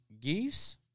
geese